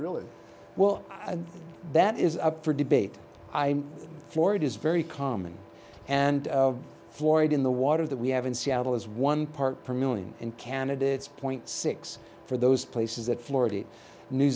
really well that is up for debate i'm for it is very common and florida in the water that we have in seattle is one part per million and candidates point six for those places that florida new